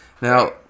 Now